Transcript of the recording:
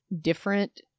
different